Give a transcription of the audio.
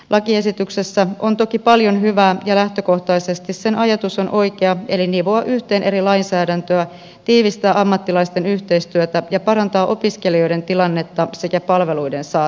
lakiesityksessä on toki paljon hyvää ja lähtökohtaisesti sen ajatus on oikea eli nivoa yhteen eri lainsäädäntöä tiivistää ammattilaisten yhteistyötä ja parantaa opiskelijoiden tilannetta sekä palveluiden saatavuutta